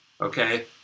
okay